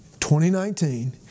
2019